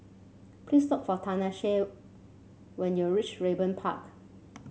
please look for Tanesha when you reach Raeburn Park